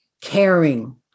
caring